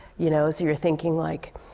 you know? so you're thinking, like,